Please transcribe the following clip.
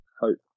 hope